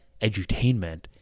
edutainment